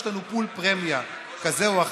יש לנו פול פרמיה כזה או אחר.